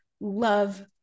love